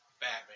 Batman